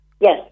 Yes